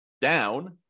down